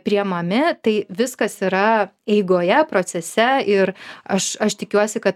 priemami tai viskas yra eigoje procese ir aš aš tikiuosi kad